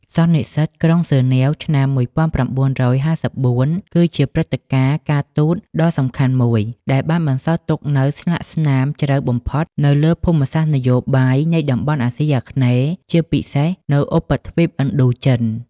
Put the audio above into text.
សន្និសីទទីក្រុងហ្សឺណែវ ឆ្នាំ១៩៥៤ គឺជាព្រឹត្តិការណ៍ការទូតដ៏សំខាន់មួយ ដែលបានបន្សល់ទុកនូវស្លាកស្នាមជ្រៅបំផុតនៅលើភូមិសាស្ត្រនយោបាយនៃតំបន់អាស៊ីអាគ្នេយ៍ ជាពិសេសនៅឧបទ្វីបឥណ្ឌូចិន។